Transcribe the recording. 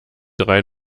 drei